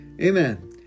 Amen